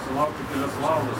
sulaukti kelias valandas